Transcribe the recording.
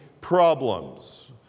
problems